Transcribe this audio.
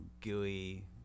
gooey